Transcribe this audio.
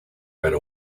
right